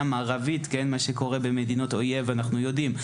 מה שקורה במדינות אויב אנחנו כולנו מכירים ויודעים.